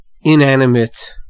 inanimate